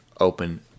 open